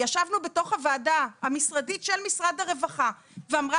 ישבנו בוועדה המשרדית של משרד הרווחה ואמרה